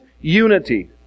unity